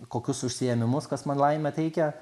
kokius užsiėmimus kas man laimę teikia